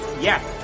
yes